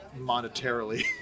monetarily